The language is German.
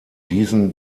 diesen